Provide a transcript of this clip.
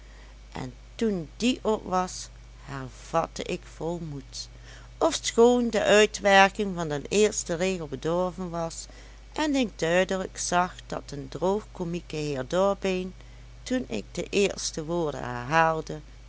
en toen die op was hervatte ik vol moed ofschoon de uitwerking van den eersten regel bedorven was en ik duidelijk zag dat de droogkomieke heer dorbeen toen ik de eerste woorden